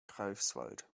greifswald